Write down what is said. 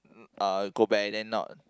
mm uh go back and then not